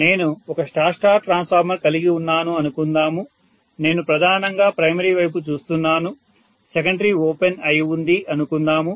నేను ఒక star star transformer కలిగి ఉన్నాను అనుకుందాం నేను ప్రధానంగా ప్రైమరీ వైపు చూస్తున్నాను సెకండరీ ఓపెన్ అయి ఉంది అనుకుందాము